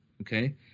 Okay